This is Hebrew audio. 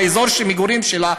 מי שיש לה מפעל באזור המגורים שלה,